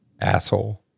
Asshole